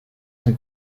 son